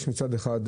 מצד אחד,